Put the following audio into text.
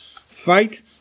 Fight